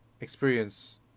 experience